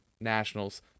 Nationals